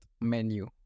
menu